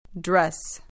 Dress